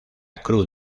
cruz